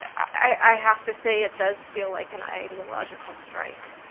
i have to say, it does feel like an ideological strike.